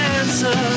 answer